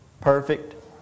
perfect